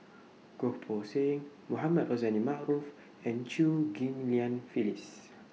Goh Poh Seng Mohamed Rozani Maarof and Chew Ghim Lian Phyllis